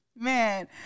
man